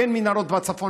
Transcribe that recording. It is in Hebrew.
כן מנהרות בצפון,